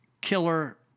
killer